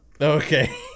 Okay